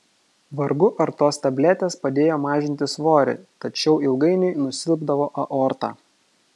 vargu ar tos tabletės padėjo mažinti svorį tačiau ilgainiui nusilpdavo aorta